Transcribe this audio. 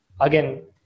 Again